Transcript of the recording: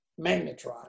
magnetron